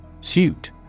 Suit